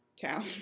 town